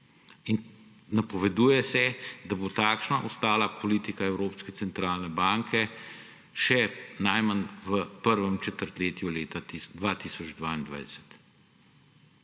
in napoveduje se, da bo takšna ostala politika Evropske centralne banke še najmanj v prvem četrtletju leta 2022.